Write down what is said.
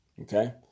okay